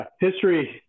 history